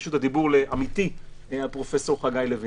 רשות הדיבור לעמיתי פרופ' חגי לוין.